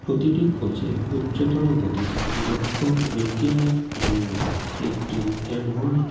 প্রতিটি কোচে উচ্চতর গতিতে দক্ষ ব্রেকিংয়ের জন্য একটি অ্যাডভান্সড